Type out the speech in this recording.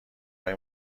های